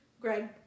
Greg